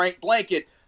blanket